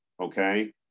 Okay